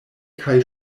kaj